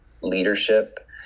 leadership